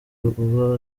urwo